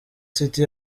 city